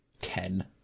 ten